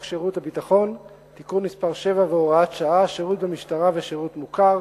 שירות ביטחון (תיקון מס' 7 והוראת שעה) (שירות במשטרה ושירות מוכר)